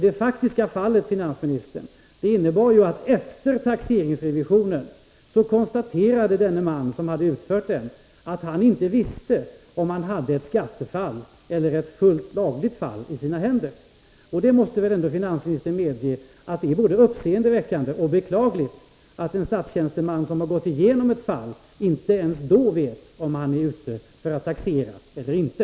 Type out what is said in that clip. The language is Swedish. Det faktiska fallet innebar ju, finansministern, att efter taxeringsrevisionen konstaterade den man som hade utfört den att han inte visste om han hade ett skattebrottsfall eller ett full lagligt fall i sina händer. Finansministern måste väl ändå medge att det är både uppseendeväckande och beklagligt att en statstjänsteman som har gått igenom ett fall inte ens då vet om han är ute för att taxera eller inte.